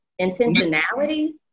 intentionality